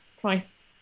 price